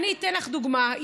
אני אתן לך דוגמה.